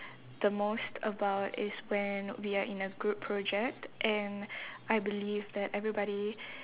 the most about is when we are in a group project and I believe that everybody